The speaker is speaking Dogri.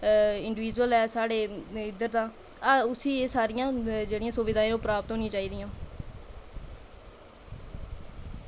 इंडीविजुअल न जेह्के साढ़े इद्धर दा ते उ'नें गी सारियां एह् सुविधां उपलब्ध होनियां चाही दियां